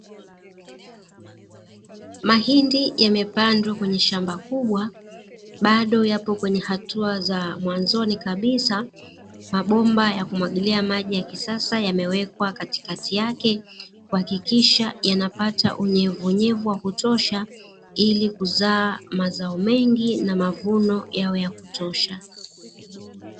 Mahindi yamepandwa kwenye shamba kubwa bado yapo kwenye hatua za mwanzoni kabisa, mabomba ya kumwagilia maji ya kisasa yamewekwa katikati yake kuhakikisha, yanapata unyevunyevu wa kutosha, ili kuzaa mazao mengi na mavuno yawe ya kutosha.